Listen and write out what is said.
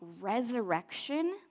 resurrection